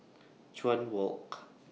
Chuan Walk